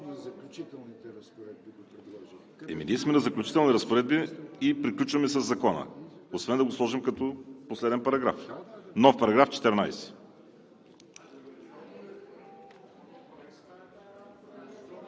Ние сме на Заключителни разпоредби и приключваме със Закона. Освен да го сложим като последен параграф, но § 14?